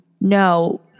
No